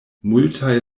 multaj